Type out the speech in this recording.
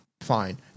fine